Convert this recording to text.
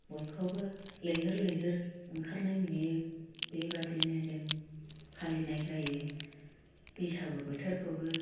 बयखौबो लैहोर लैहोर ओंखारनाय नुयो बेबादिनो जों फालिनाय जायो बैसागु बोथोरखौबो